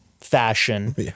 fashion